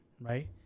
right